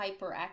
hyperactive